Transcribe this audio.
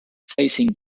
facing